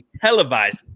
televised